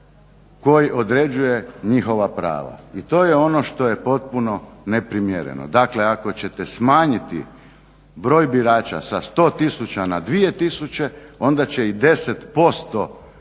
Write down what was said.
koji određuje njihova prava i to je ono što je potpuno neprimjereno. Dakle ako ćete smanjiti broj birača sa 100 tisuća na 2 tisuće onda će i 10% koji